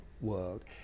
world